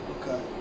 okay